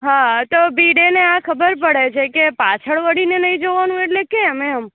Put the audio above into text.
હા તો ભીડેને આ ખબર પડે છે કે પાછળ વળીને નહીં જોવાનું એટલે કેમ એમ